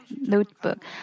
Notebook